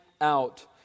out